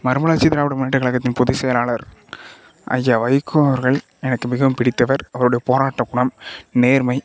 மறுமலர்ச்சி திராவிட முன்னேற்றக் கழகத்தின் பொதுச் செயலாளர் ஐயா வைகோ அவர்கள் எனக்கு மிகவும் பிடித்தவர் அவருடைய போராட்ட குணம் நேர்மை